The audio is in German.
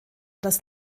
das